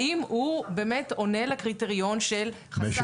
האם הוא באמת עונה לקריטריון של -- משק בית.